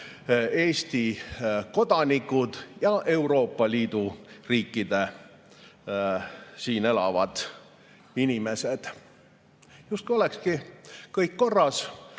Eesti kodanikud ja [teiste] Euroopa Liidu riikide siin elavad inimesed. Justkui olekski kõik korras.